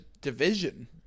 division